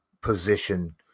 position